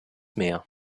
meer